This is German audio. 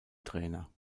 trainer